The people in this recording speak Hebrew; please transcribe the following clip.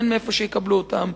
אין איפה שיקבלו אותם.